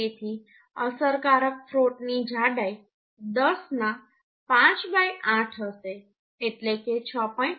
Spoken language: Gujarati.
તેથી અસરકારક થ્રોટની જાડાઈ 10 ના 58 હશે એટલે કે 6